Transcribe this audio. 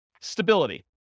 Stability